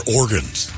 organs